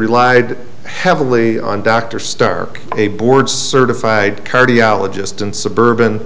relied heavily on dr stark a board certified cardiologist in suburban